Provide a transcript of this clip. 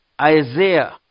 Isaiah